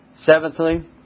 Seventhly